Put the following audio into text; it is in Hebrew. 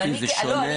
אבל אני כנישום,